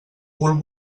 cul